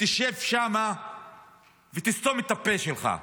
תשב שם ותסתום את הפה שלך,